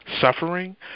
suffering